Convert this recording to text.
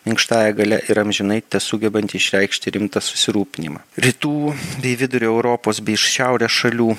minkštąja galia ir amžinai tesugebanti išreikšti rimtą susirūpinimą rytų bei vidurio europos bei šiaurės šalių